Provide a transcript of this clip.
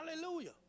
Hallelujah